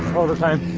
all the time.